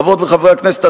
חברות וחברי הכנסת,